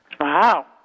Wow